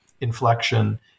inflection